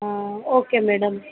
ಹಾಂ okay madam